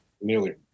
nearly